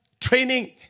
training